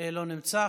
לא נמצא.